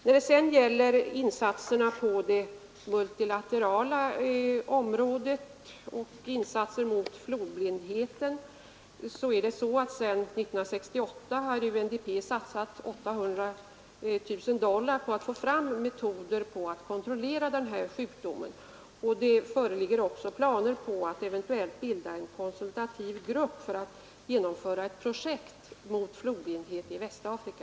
När det sedan gäller insatserna på det multilaterala området och insatser mot flodblindheten kan jag nämna att UNDP sedan år 1968 satsat 800 000 dollar på att få fram metoder för att kontrollera denna sjukdom. Det föreligger också planer på att eventuellt bilda en konsultativ grupp för att genomföra ett projekt mot flodblindhet i Västafrika.